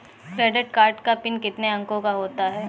Credit card का PIN कितने अंकों का होता है?